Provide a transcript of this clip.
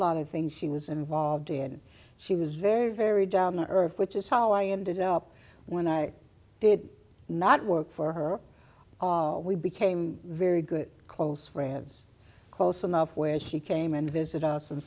lot of things she was involved in she was very very down to earth which is how i ended up when i did not work for her we became very good close friends close enough where she came and visited us and